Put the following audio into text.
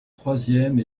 troisième